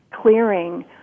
clearing